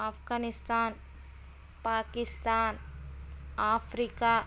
Afghanistan Pakistan Africa